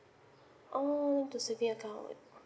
oh to savings account